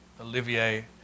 Olivier